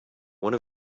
one